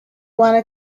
wanna